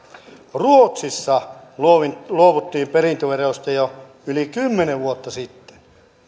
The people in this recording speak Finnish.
ruotsissa luovuttiin luovuttiin perintöverosta jo yli kymmenen vuotta sitten